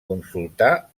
consultar